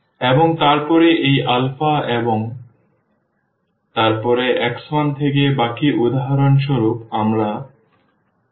এবং তারপর এই আলফা 1 এবং তারপরে x1 থেকে বাকি উদাহরণস্বরূপ আমাদের 9 2 আছে